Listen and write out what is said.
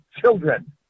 children